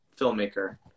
filmmaker